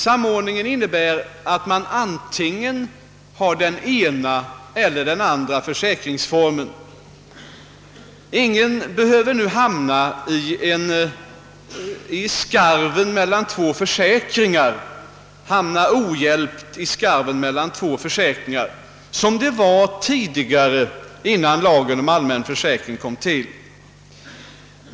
Sam ordningen innebär att man antingen har den ena eller den andra försäkringsformen. Ingen behöver nu hamna ohjälpt i skarven mellan två försäkringar såsom kunde hända tidigare innan lagen om den allmänna försäkringen kom till.